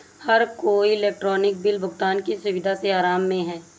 हर कोई electronic bill भुगतान की सुविधा से आराम में है